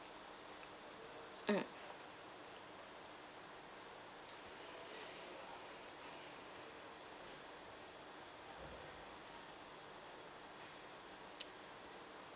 mm